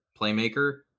playmaker